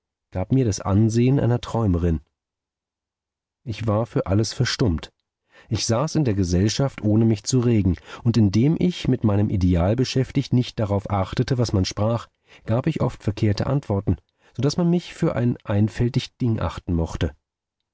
gab mir das ansehen einer träumerin ich war für alles verstummt ich saß in der gesellschaft ohne mich zu regen und indem ich mit meinem ideal beschäftigt nicht darauf achtete was man sprach gab ich oft verkehrte antworten so daß man mich für ein einfältig ding achten mochte